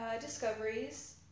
discoveries